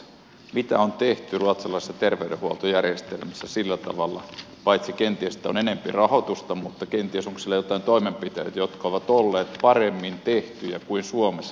mitä on tehty ruotsalaisissa terveydenhuoltojärjestelmissä paremmin paitsi kenties että on enempi rahoitusta mutta onko kenties siellä joitakin toimenpiteitä jotka ovat olleet paremmin tehtyjä kuin suomessa